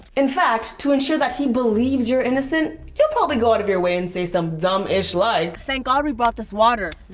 in fact, to insure that he believes you're innocent, you'll probably go out of your way and say some dumb ish like. thank god we brought this water,